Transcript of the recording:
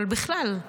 אבל בכלל,